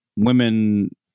women